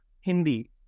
Hindi